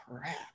crap